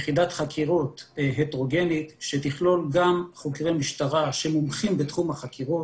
יחידת חקירות הטרוגנית שתכלול גם חוקרי משטרה שמומחים בתחום החקירות,